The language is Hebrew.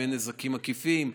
אם אין נזקים עקיפים.